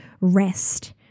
rest